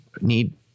need